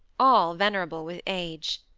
all venerable with age.